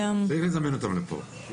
צריך לזמן אותם לפה.